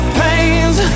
pains